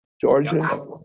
Georgia